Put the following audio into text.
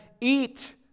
eat